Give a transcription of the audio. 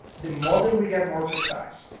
the model will get more precise.